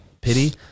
pity